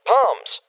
Palms